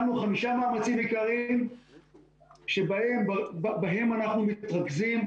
שמנו חמישה מאמצים עיקריים שבהם אנחנו מתרכזים,